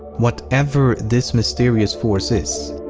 whatever this mysterious force is,